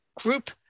group